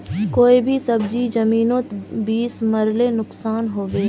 कोई भी सब्जी जमिनोत बीस मरले नुकसान होबे?